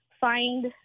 find